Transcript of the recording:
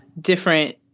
different